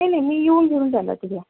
नाही नाही मी येऊन घेऊन जाणार की त्या